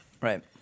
Right